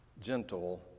gentle